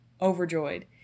overjoyed